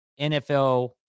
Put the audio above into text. NFL